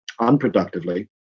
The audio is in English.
unproductively